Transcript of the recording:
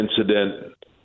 incident